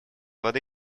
воды